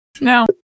No